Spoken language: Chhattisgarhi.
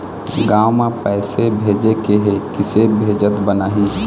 गांव म पैसे भेजेके हे, किसे भेजत बनाहि?